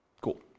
Cool